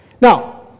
Now